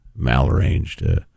malarranged